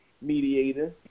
mediator